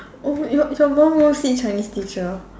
oh your your mom go see Chinese teacher